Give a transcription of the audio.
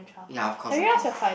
ya of course of course